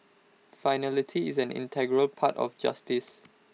finality is an integral part of justice